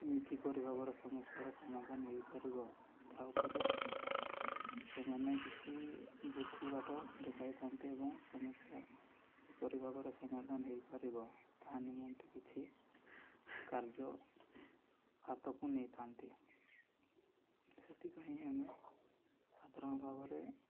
କିପରି ଭାବରେ ସମସ୍ୟାର ସମାଧାନ ହୋଇପାରିବ ତା ଉପରେ ସେମାନେ କିଛି ବୁଦ୍ଧି ବାଟ ଦେଖାଇଥାନ୍ତି ଏବଂ ସମସ୍ୟା କିପରି ଭାବରେ ସମାଧାନ ହୋଇପାରିବ ତାହା ନିମନ୍ତେ କିଛି କାର୍ଯ୍ୟ ହାତକୁ ନେଇଥାନ୍ତି ସେଥିପାଇଁ ଆମେ ସାଧାରଣ ଭାବରେ